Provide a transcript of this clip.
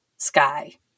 sky